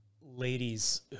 ladies